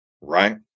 right